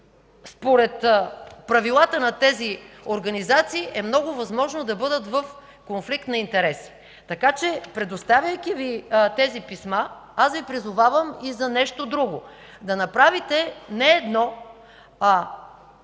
според правилата на тези организации, е много възможно да бъдат в конфликт на интереси. Така че, предоставяйки Ви тези писма, аз Ви призовавам и за нещо друго – да направите не едно,